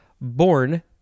born